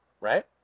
Right